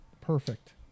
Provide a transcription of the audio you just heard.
Perfect